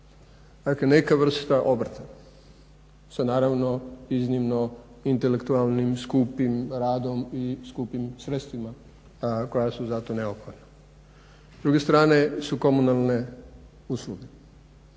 neka vrsta obrta sa naravno iznimno intelektualnim skupim radom i skupim sredstvima koja su za to neophodna. S druge strane su komunalne usluge,